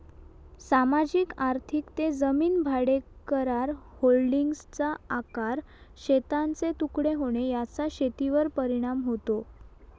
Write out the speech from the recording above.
सामाजिक आर्थिक ते जमीन भाडेकरार, होल्डिंग्सचा आकार, शेतांचे तुकडे होणे याचा शेतीवर परिणाम होतो